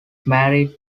married